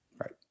Right